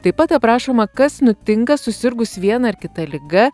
taip pat aprašoma kas nutinka susirgus viena ar kita liga